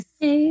Hey